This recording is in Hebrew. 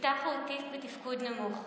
יפתח הוא אוטיסט בתפקוד נמוך,